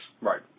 Right